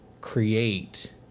create